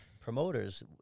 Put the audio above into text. promoters